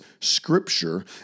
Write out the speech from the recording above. scripture